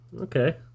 Okay